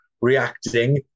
reacting